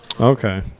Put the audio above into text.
Okay